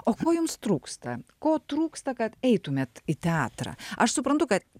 o ko jums trūksta ko trūksta kad eitumėt į teatrą aš suprantu kad